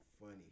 funny